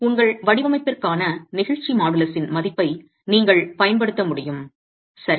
உங்கள் வடிவமைப்பிற்கான நெகிழ்ச்சி மாடுலஸின் மதிப்பை நீங்கள் பயன்படுத்த முடியும் சரி